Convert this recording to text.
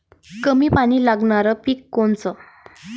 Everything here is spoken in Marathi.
कमी पानी लागनारं पिक कोनचं?